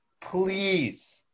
Please